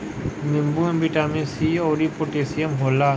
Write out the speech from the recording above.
नींबू में vitamin C अउरी पोटैशियम होला